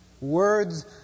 Words